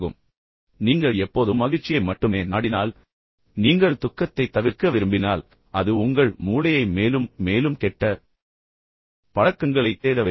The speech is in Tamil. எனவே நீங்கள் எப்போதும் இன்பத்தின் வடிவத்தில் மகிழ்ச்சியை மட்டுமே நாடினால் மேலும் நீங்கள் துக்கத்தைத் தவிர்க்க விரும்பினால் அது உங்கள் மூளையை மேலும் மேலும் கெட்ட பழக்கங்களைத் தேட வைக்கும்